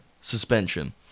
suspension